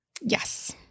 Yes